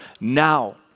now